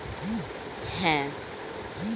ব্যাঙ্কের ওয়েবসাইটে গিয়ে ডেবিট কার্ড ব্লক করাবো